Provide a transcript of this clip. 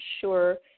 sure